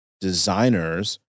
designers